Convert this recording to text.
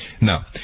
Now